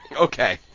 Okay